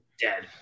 dead